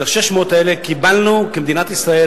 את ה-600 האלה קיבלנו במדינת ישראל,